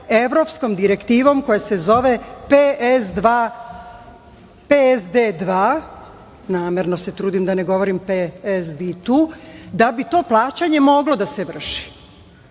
evropskom direktivom koja se zove PSD2, namerno se trudim da govorim PESDI2, da bi to plaćanje moglo da se vrši.